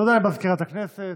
תודה לסגנית מזכיר הכנסת.